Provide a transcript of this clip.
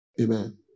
Amen